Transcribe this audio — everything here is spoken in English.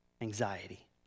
Anxiety